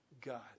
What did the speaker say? God